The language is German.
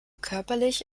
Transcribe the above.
körperlich